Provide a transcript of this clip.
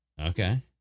Okay